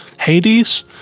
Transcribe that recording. Hades